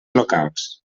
locals